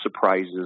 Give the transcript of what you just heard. surprises